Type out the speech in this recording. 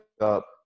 up